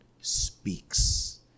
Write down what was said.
speaks